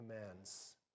commands